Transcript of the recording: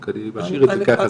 אני משאיר את זה ככה,